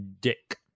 dick